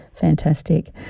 Fantastic